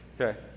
Okay